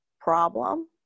problem